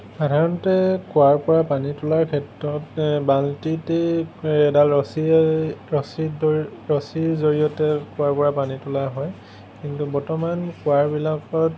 সাধাৰণতে কুঁৱাৰ পৰা পানী তোলাৰ ক্ষেত্ৰত বাল্টিতে এডাল ৰচীৰ ৰচীৰ দ ৰচীৰ জড়িয়তে কুঁৱাৰ পৰা পানী তোলা হয় কিন্তু বৰ্তমান কুঁৱাবিলাকত